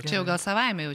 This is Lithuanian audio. čia jau gal savaime jau